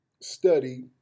study